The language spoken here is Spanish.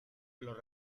los